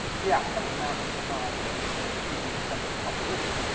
yeah, sending a man to mars is a hugely expensive proposition,